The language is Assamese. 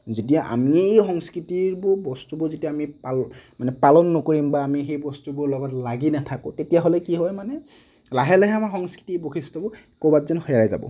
যেতিয়া আমিয়ে সংস্কৃতি বস্তুবোৰ যেতিয়া পালোঁ মানে পালন নকৰিম বা আমি সেই বস্তুবোৰৰ লগত লাগি নাথাকোঁ তেতিয়াহ'লে কি হয় মানে লাহে লাহে আমাৰ সংস্কৃতি বৈশিষ্টবোৰ কৰবাত যেন হেৰাই যাব